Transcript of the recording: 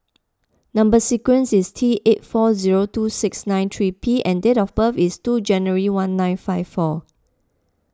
Number Sequence is T eight four zero two six nine three P and date of birth is two January nineteen fifty four